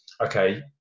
okay